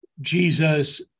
Jesus